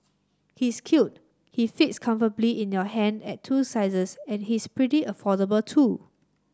he's cute he fits comfortably in your hand at two sizes and he's pretty affordable too